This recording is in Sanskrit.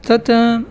तत्